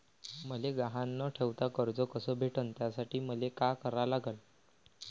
मले गहान न ठेवता कर्ज कस भेटन त्यासाठी मले का करा लागन?